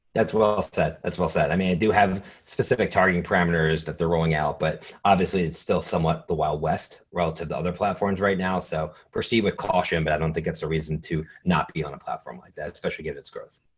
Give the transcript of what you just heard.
that's well said, that's well said. i mean, i do have specific targeting parameters that they're rolling out, but obviously it's still somewhat the wild west relative to other platforms right now. so proceed with caution, but i don't think it's a reason to not be on a platform like that, especially given its growth.